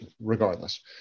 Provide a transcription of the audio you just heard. regardless